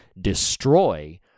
destroy